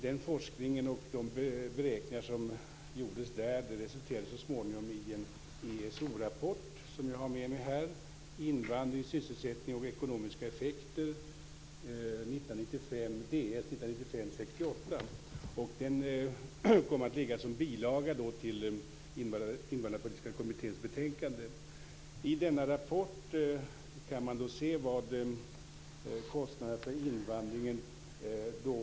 Den forskning och de beräkningar som gjordes där resulterade så småningom i en ESO rapport som jag har med mig här: Invandring, sysselsättning och ekonomiska effekter, Ds 1995:68. Denna rapport kom sedan att ligga som bilaga till Invandrarpolitiska kommitténs betänkande. I rapporten kan man se vad kostnaderna för invandringen uppgår till.